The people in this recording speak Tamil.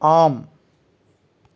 ஆம்